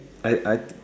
and I